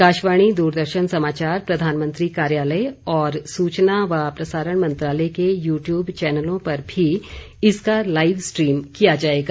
आकाशवाणी दूरदर्शन समाचार प्रधानमंत्री कार्यालय तथा सूचना और प्रसारण मंत्रालय के यू टयूब चैनलों पर भी इसका लाइव स्ट्रीम किया जाएगा